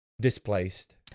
Displaced